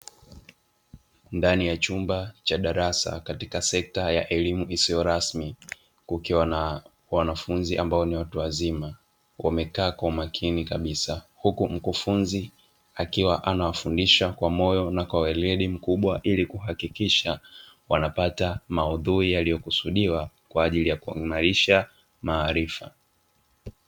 Ndani ya chumba cha darasa katika sekta ya elimu isiyo rasmi kukiwa na wanafunzi ambao ni watu wazima wamekaa kwa umakini kabisa, huku mkufunzi akiwa anawafundisha kwa moyo na kwa weledi mkubwa ili kuhakikisha wanapata maudhui yaliyokusudiwa kwa ajili ya kuimarisha maarifa.